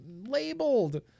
labeled